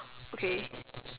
okay